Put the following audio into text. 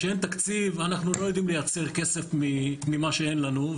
כשאין תקציב אנחנו לא יודעים לייצר כסף ממה שאין לנו,